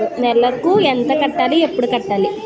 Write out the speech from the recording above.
నెలకు ఎంత కట్టాలి? ఎప్పుడు కట్టాలి?